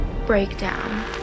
breakdown